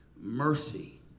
mercy